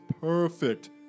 perfect